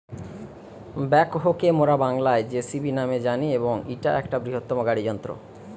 backhoe কে মোরা বাংলায় যেসিবি ন্যামে জানি এবং ইটা একটা বৃহত্তম গাড়ি যন্ত্র